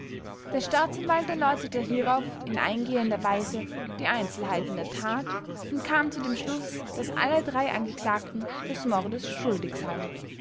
der staatsanwalt erläuterte hierauf in eingehender weise die einzelheiten der tat und kam zu dem schluß daß alle drei angeklagten des mordes schuldig seien